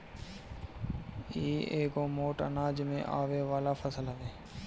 इ एगो मोट अनाज में आवे वाला फसल हवे